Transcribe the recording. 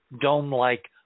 dome-like